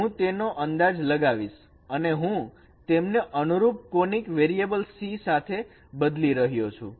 હું તેનો અંદાજ લગાવીશ અને હું તેમને અનુરૂપ કોનીક વેરિયેબલ C સાથે બદલી રહ્યો છું